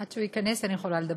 עד שהוא ייכנס אני יכולה לדבר.